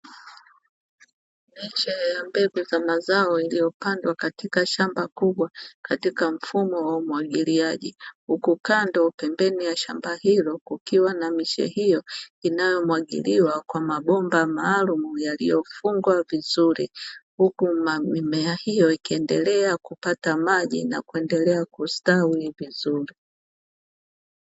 Miche ya mbegu ya mazao iliyopandwa katika shamba kubwa katika mfumo wa umwagiliaji, huku kando pembeni ya shamba hilo kukiwa na miche hiyo inayomwagiliwa kwa mabomba maalumu yaliyofungwa vizuri. Huku mimea hiyo ikiendelea kupata maji na kuendelea kustawi vizuri.